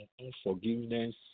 unforgiveness